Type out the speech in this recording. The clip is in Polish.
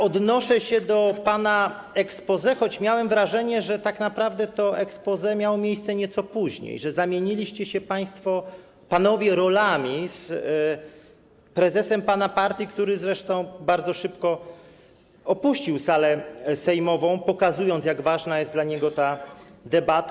Odnoszę się do pana exposé, choć miałem wrażenie, że tak naprawdę to exposé miało miejsce nieco później, że zamieniliście się panowie rolami z prezesem pana partii, który zresztą bardzo szybko opuścił salę sejmową, pokazując, jak ważna jest dla niego ta debata.